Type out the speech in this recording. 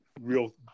real